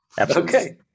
okay